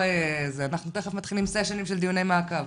אנחנו תכף מתחילים סשנים של דיוני מעקב.